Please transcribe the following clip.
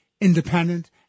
independent